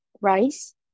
rice